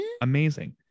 Amazing